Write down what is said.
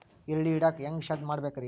ಈರುಳ್ಳಿ ಇಡಾಕ ಹ್ಯಾಂಗ ಶೆಡ್ ಮಾಡಬೇಕ್ರೇ?